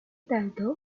tanto